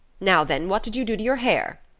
now, then, what did you do to your hair?